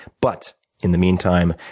but in the meantime,